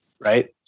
right